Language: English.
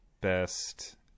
best